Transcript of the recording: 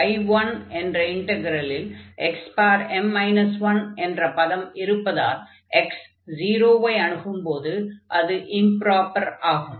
I1 என்ற இன்டக்ரலில் xm 1 என்ற பதம் இருப்பதால் x 0 ஐ அணுகும்போது அது இம்ப்ராப்பர் ஆகும்